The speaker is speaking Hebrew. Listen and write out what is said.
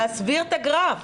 להסביר את הגרף.